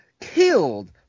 killed